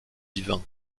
divin